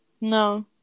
No